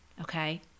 okay